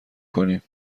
کنیم